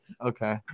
Okay